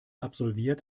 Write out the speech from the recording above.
absolviert